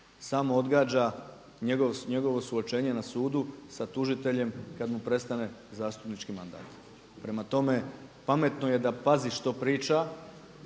samo odgađa njegovo suočenje na sudu sa tužiteljem kada mu prestane zastupnički mandat. Prema tome, pametno je da pazi što priča